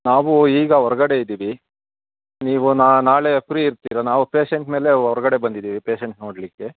ನಾವು ಈಗ ಹೊರ್ಗಡೆ ಇದ್ದೀವಿ ನೀವು ನಾಳೆ ಫ್ರೀ ಇರ್ತೀರಾ ನಾವು ಪೇಶೆಂಟ್ ಮೇಲೆ ಹೊರ್ಗಡೆ ಬಂದಿದೀವಿ ಪೇಶೆಂಟ್ ನೋಡಲಿಕ್ಕೆ